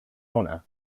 honor